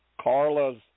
Carla's